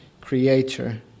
creator